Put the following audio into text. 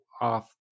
off